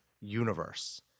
universe